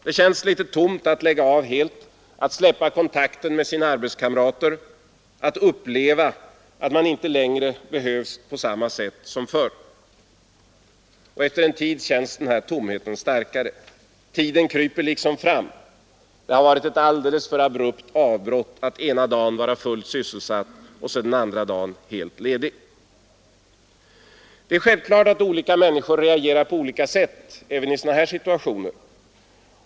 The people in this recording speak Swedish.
Det känns trots allt tomt att lägga av helt, att släppa kontakten med sina arbetskamrater, att uppleva att man inte längre behövs på samma sätt som förr. Efter en tid känns tomheten än starkare. Tiden liksom kryper fram. Det har blivit ett alltför abrupt avbrott att ena dagen vara fullt sysselsatt och den andra dagen helt ledig. Det är självklart att olika människor reagerar på olika sätt även i sådana här situationer.